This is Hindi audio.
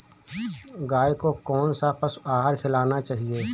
गाय को कौन सा पशु आहार खिलाना चाहिए?